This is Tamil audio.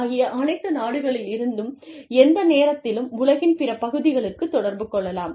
ஆகிய அனைத்து நாடுகளில் இருந்தும் எந்த நேரத்திலும் உலகின் பிற பகுதிகளுக்குத் தொடர்பு கொள்ளலாம்